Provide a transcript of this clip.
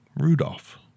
Rudolph